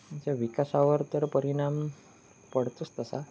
आमच्या विकासावर तर परिणाम पडतोच तसा